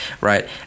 right